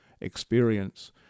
experience